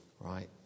right